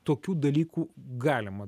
tokių dalykų galima